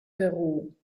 peru